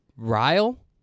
Ryle